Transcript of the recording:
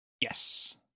Yes